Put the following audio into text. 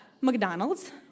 McDonald's